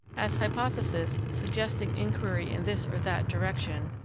as hypothesis, suggesting inquiry in this or that direction,